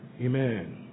Amen